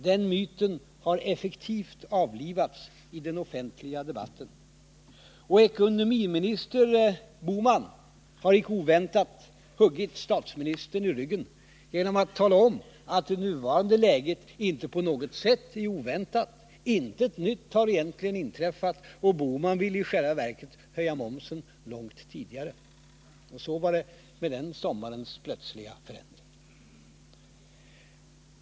Den myten har effektivt avlivats i den offentliga debatten. Ekonomiminister Bohman har icke oväntat huggit statsministern i ryggen genom att tala om att det nuvarande läget inte på något sätt är oväntat — intet nytt har egentligen inträffat. Gösta Bohman ville i själva verket höja momsen långt tidigare. Så var det med den sommarens plötsliga förändring.